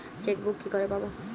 Chequebook কি করে পাবো?